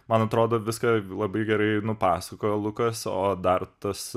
man atrodo viską labai gerai nupasakojo lukas o dar tas